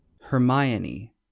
Hermione